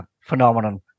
phenomenon